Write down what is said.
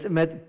met